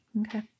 Okay